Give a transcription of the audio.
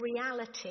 reality